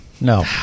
No